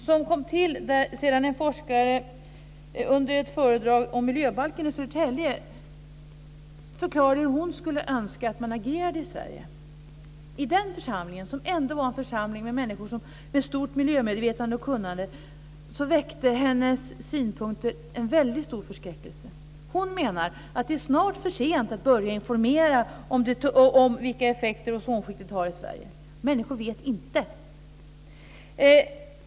Den kom till sedan en forskare under ett föredrag om miljöbalken i Södertälje förklarade hur hon skulle önska att man agerade i Sverige. I den församlingen, som ändå var en församling med människor med stort miljömedvetande och kunnande, väckte hennes synpunkter en väldigt stor förskräckelse. Hon menar att det snart är för sent att börja informera om vilka effekter ozonskiktet har i Sverige. Människor vet inte.